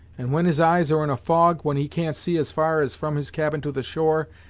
and when his eyes are in a fog, when he can't see as far as from his cabin to the shore,